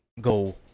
go